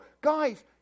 guys